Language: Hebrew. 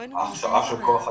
ההכשרה של כח אדם